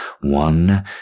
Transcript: One